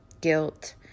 guilt